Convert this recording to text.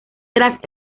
tras